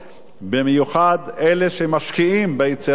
במיוחד אלה שמשקיעים ביצירה שלהם,